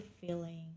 feeling